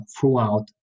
throughout